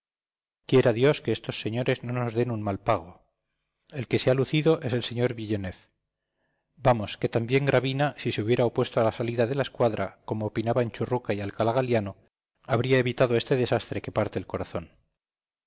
quiera dios que estos señores no nos den un mal pago el que se ha lucido es el sr villeneuve vamos que también gravina si se hubiera opuesto a la salida de la escuadra como opinaban churruca y alcalá galiano habría evitado este desastre que parte el corazón